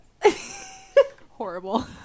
Horrible